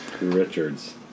Richard's